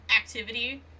activity